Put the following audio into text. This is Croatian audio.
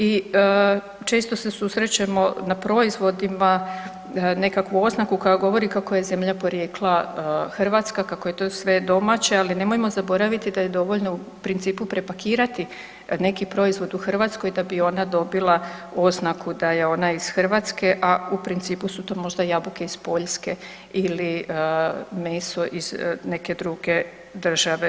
I često se susrećemo na proizvodima nekakvu oznaku koja govori kako je zemlja porijekla Hrvatska kako je to sve domaće, ali nemojmo zaboraviti da je dovoljno u principu prepakirati neki proizvod u Hrvatskoj da bi ona dobila oznaku da je ona iz Hrvatske, a u principu su to možda jabuke iz Poljske ili meso iz neke druge države.